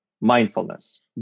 mindfulness